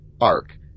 arc